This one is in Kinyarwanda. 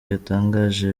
yatangaje